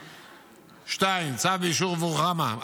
2. צו ביישוב רוחמה,